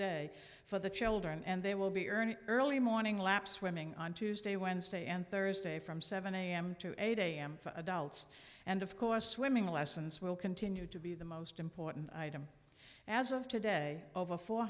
day for the children and they will be earning early morning lap swimming on tuesday wednesday and thursday from seven am to eight am adults and of course swimming lessons will continue to be the most important item as of today over four